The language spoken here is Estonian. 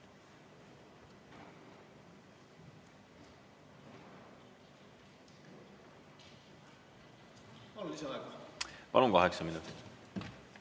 Palun lisaaega. Palun! Kaheksa minutit.